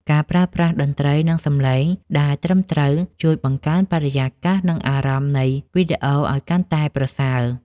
ការប្រើប្រាស់តន្ត្រី និងសំឡេង ដែលត្រឹមត្រូវ ជួយបង្កើនបរិយាកាស និងអារម្មណ៍នៃវីដេអូឱ្យកាន់តែប្រសើរ។